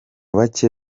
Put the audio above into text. bake